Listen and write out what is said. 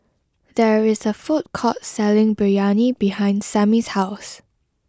there is a food court selling Biryani behind Sammy's house